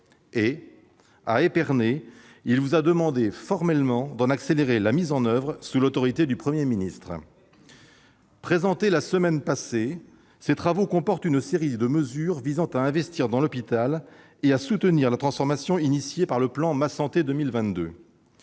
À Épernay, il vous a demandé formellement d'en accélérer la mise en oeuvre, sous l'autorité du Premier ministre. Présentées la semaine passée, les conclusions de ces travaux comportent une série de mesures visant à investir dans l'hôpital et à soutenir la transformation engagée par le plan Ma santé 2022.